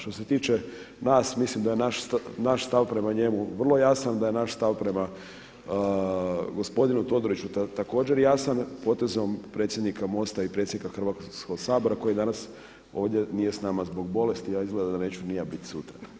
Što se tiče nas, mislim da je naš stav prema njemu vrlo jasan, da je naš stav prema gospodinu Todoriću također jasan potezom predsjednika MOST-a i predsjednika Hrvatskoga sabora koji danas ovdje nije s nama zbog bolesti a izgleda da neću ni ja biti sutra.